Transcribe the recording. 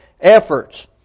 efforts